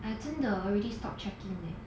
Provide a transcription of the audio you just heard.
I 真的 already stop checking leh